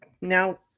now